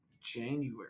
January